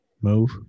Move